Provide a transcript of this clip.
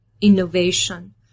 innovation